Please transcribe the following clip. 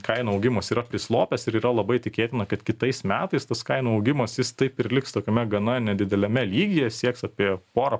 kainų augimas yra prislopęs ir yra labai tikėtina kad kitais metais tas kainų augimas jis taip ir liks tokiame gana nedideliame lygyje sieks apie porą